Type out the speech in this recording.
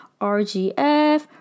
rgf